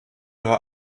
ihre